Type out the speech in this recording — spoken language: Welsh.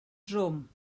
drwm